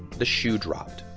the shoe dropped.